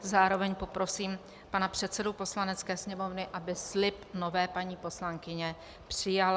Zároveň poprosím pana předsedu Poslanecké sněmovny, aby slib nové paní poslankyně přijal.